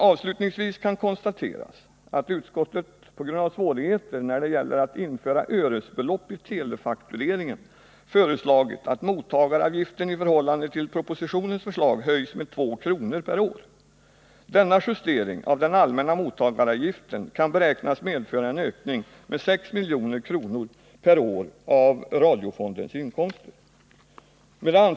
Avslutningsvis kan konstateras att utskottet på grund av svårigheter när det gäller att införa öresbelopp i telefaktureringen föreslagit att mottagaravgiften i förhållande till propositionens förslag höjs med 2 kr. per år. Denna justering av den allmänna mottagaravgiften kan beräknas medföra en ökning med 6 milj.kr. per år av radiofondens inkomster. Herr talman!